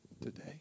today